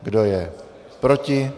Kdo je proti?